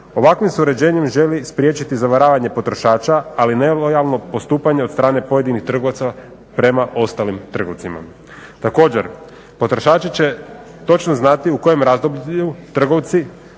Ovakvim se uređenjem želi spriječiti zavaravanje potrošača, ali i nelojalno postupanje od strane pojedinih trgovaca prema ostalim trgovcima. Također, potrošači će točno znati u kojem razdoblju trgovci